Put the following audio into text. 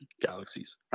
galaxies